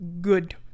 Good